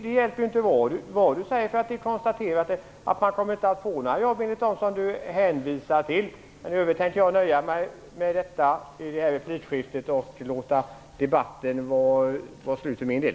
Det hjälper inte vad Barbro Johansson säger, eftersom de som hon hänvisar till konstaterar att det inte ger några jobb. Jag nöjer mig med detta i det här replikskiftet och låter debatten vara slut för min del.